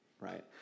right